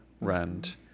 rent